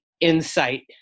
insight